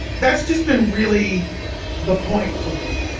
that's just been really the point for me.